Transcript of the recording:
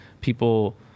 people